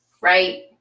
right